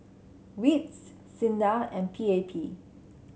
WITS SINDA and P A P